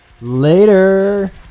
Later